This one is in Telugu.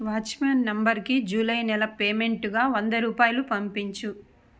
వాచ్మ్యాన్ నంబరుకి జూలై నెల పేమెంటుగా వంద రూపాయలు పంపించు